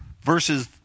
Versus